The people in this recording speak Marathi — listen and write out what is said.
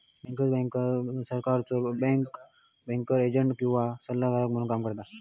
बँकर्स बँक सरकारचो बँकर एजंट किंवा सल्लागार म्हणून काम करता